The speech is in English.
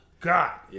God